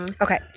Okay